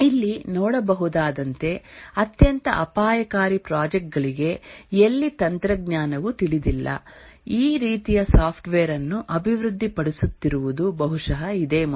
ಇಲ್ಲಿ ನೋಡಬಹುದಾದಂತೆ ಅತ್ಯಂತ ಅಪಾಯಕಾರಿ ಪ್ರಾಜೆಕ್ಟ್ ಗಳಿಗೆ ಎಲ್ಲಿ ತಂತ್ರಜ್ಞಾನವು ತಿಳಿದಿಲ್ಲ ಈ ರೀತಿಯ ಸಾಫ್ಟ್ವೇರ್ ಅನ್ನು ಅಭಿವೃದ್ಧಿಪಡಿಸುತ್ತಿರುವುದು ಬಹುಶಃ ಇದೇ ಮೊದಲು